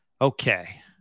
okay